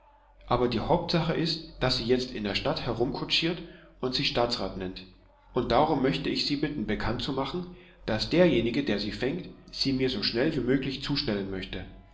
aber die hauptsache ist daß sie jetzt in der stadt herumkutschiert und sich staatsrat nennt und darum möchte ich sie bitten bekanntzumachen daß derjenige der sie fängt sie mir so schnell wie möglich zustellen möchte